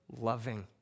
loving